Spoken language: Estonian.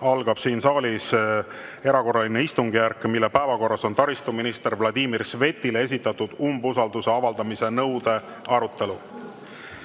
algab siin saalis [teine] erakorraline istungjärk, mille päevakorras on taristuminister Vladimir Svetile esitatud umbusalduse avaldamise nõude arutelu.